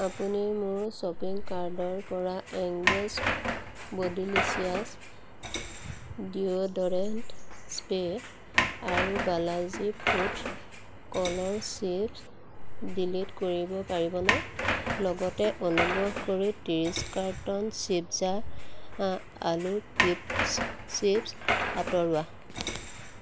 আপুনি মোৰ শ্বপিং কাৰ্টৰ পৰা এংগেজ বডিলিচিয়াছ ডিঅ'ডৰেণ্ট স্প্ৰে আৰু বালাজী ফুড কলৰ চিপ্ছ ডিলিট কৰিব পাৰিবনে লগতে অনুগ্ৰহ কৰি ত্ৰিছ কাৰ্টন চিপ্জা আলুৰ ক্ৰিস্পছ চিপ্ছ আঁতৰোৱা